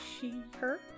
she/her